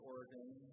Oregon